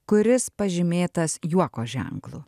kuris pažymėtas juoko ženklu